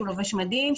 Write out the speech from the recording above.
שהוא לובש מדים,